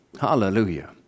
Hallelujah